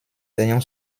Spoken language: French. ayant